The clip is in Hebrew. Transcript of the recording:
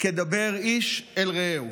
כדבר איש את רעהו.